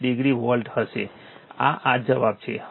96 degree volt હશે આ આ જવાબ છે